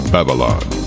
Babylon